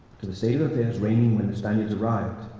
to the state of affairs reigning when the spaniards arrived,